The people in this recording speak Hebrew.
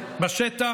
בשטח,